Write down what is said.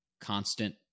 constant